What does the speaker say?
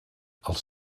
els